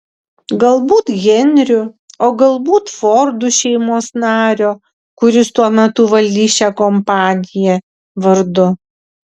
galbūt henriu o galbūt fordų šeimos nario kuris tuo metu valdys šią kompaniją vardu